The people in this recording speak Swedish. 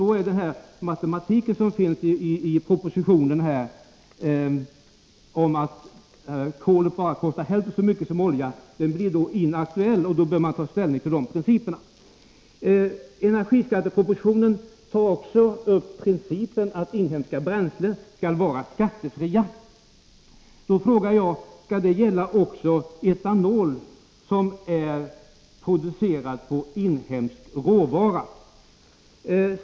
Den matematik för skatteberäkning som redovisas i propositionen och som grundar sig på att kolet kommer att kosta bara hälften så mycket som oljan blir då inaktuell, och följer man då energiministerns principer så innebär det motsvarande skatteskärpning. Energiskattepropositionen bygger på principen att inhemska bränslen skall vara skattefria. Innebär det att skattebefrielse skall gälla också för etanol, som produceras på inhemska råvaror?